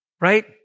Right